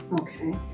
okay